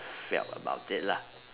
felt about it lah